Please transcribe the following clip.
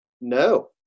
no